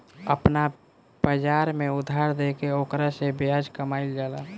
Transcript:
आपना बाजार में उधार देके ओकरा से ब्याज कामईल जाला